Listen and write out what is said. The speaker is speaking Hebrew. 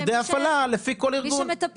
מוקדי הפעלה לפי כל ארגון.